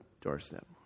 doorstep